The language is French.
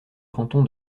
canton